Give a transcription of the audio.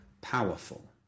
powerful